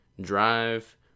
drive